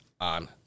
On